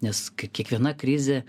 nes kie kiekviena krizė